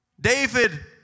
David